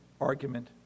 argument